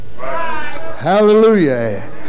Hallelujah